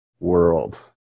World